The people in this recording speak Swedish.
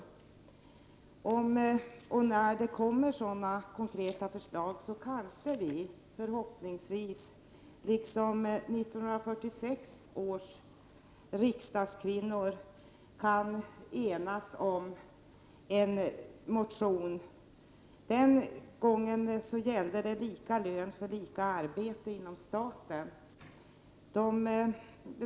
Om och när sådana konkreta förslag läggs fram kanske vi, liksom 1946 års riksdagskvinnor, kan enas om en motion. Den gången gällde det lika lön för lika arbete inom staten.